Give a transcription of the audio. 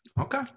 Okay